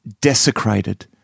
desecrated